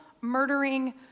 murdering